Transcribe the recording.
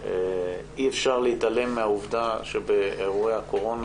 שאי-אפשר להתעלם מהעובדה שבאירועי הקורונה